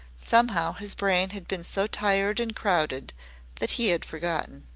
somehow his brain had been so tired and crowded that he had forgotten.